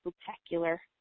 spectacular